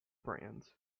brands